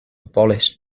abolished